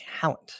talent